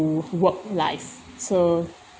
work life so